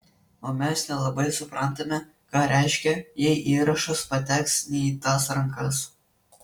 o mes nelabai suprantame ką reiškia jei įrašas pateks ne į tas rankas